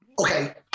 Okay